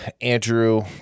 Andrew